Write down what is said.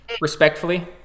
respectfully